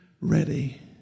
ready